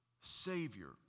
savior